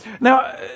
Now